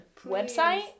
website